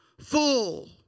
full